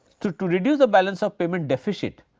to to reduce the balance of payment deficit,